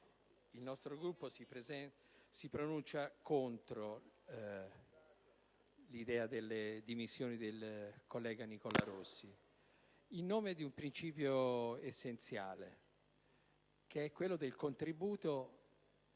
il nostro Gruppo si pronuncia contro le dimissioni del collega Nicola Rossi, in nome di un principio essenziale, che è quello del contributo